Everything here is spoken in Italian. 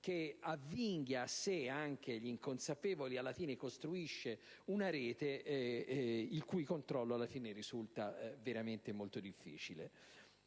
che avvinghia a sé anche gli inconsapevoli e alla fine costruisce una rete, il cui controllo risulta veramente molto difficile.